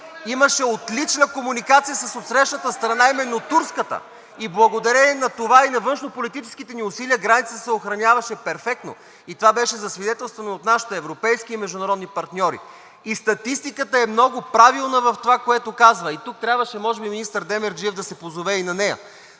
имаше отлична комуникация с отсрещната страна, именно турската. (Шум и реплики.) Благодарение на това и на външнополитическите ни усилия границата се охраняваше перфектно. Това беше засвидетелствано от нашите европейски и международни партньори. Статистиката е много правилна в това, което казва. И тук трябваше може би министър Демерджиев да се позове и на нея.